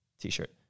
t-shirt